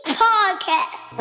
podcast